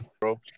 Bro